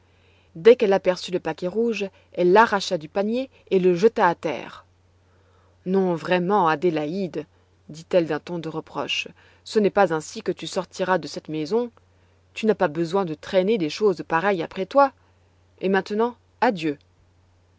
dès qu'elle aperçut le paquet rouge elle l'arracha du panier et le jeta à terre non vraiment adélaïde dit-elle d'un ton de reproche ce n'est pas ainsi que tu sortiras de cette maison tu n'as pas besoin de traîner des choses pareilles après toi et maintenant adieu